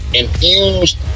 infused